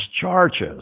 charges